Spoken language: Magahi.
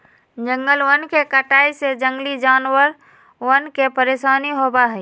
जंगलवन के कटाई से जंगली जानवरवन के परेशानी होबा हई